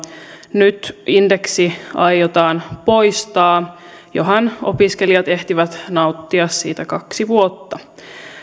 nyt indeksi aiotaan poistaa johan opiskelijat ehtivät nauttia siitä kaksi vuotta